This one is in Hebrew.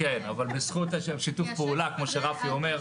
בזכות שיתוף הפעולה, כמו שרפי אומר.